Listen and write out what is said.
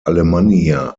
alemannia